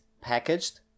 packaged